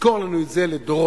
יזכור לנו את זה לדורות.